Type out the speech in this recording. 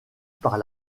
par